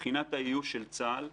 מבחינת האיוש של צה"ל,